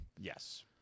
Yes